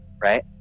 right